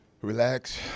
relax